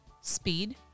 speed